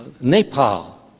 Nepal